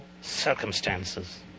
circumstances